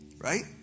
Right